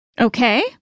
Okay